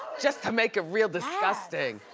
just to make it real disgusting.